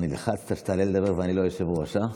כבר נלחצת שתעלה לדבר ואני לא יושב-ראש, הא?